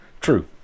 true